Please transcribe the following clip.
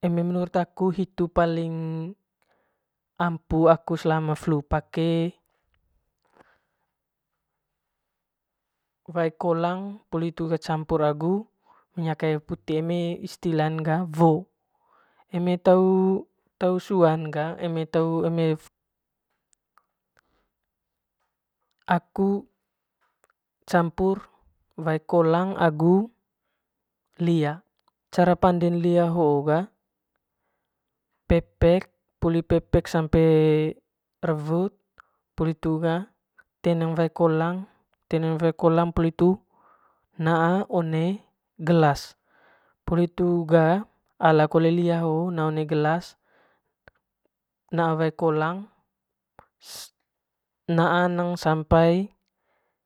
eme mmenurut aku hitu aku paling ampuh flu pake wae kolang poli hitu ga campur agu minyak kayu putih eme istilan ga wo eme suan ga aku campir wae kolang agu lia cara panden lia hoo ga poli pepek sampe rewut poli hitu ga teneng wae kolang naa one gelas poli hitu ga ala kole lia hoo na ole gelas poli hitu ga naa neng sampai.